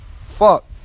Fuck